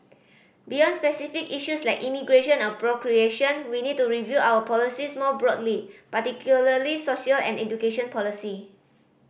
beyond specific issues like immigration and procreation we need to review our policies more broadly particularly social and education policy